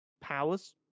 powers